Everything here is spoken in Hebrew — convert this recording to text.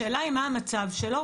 השאלה היא מה המצב שלו,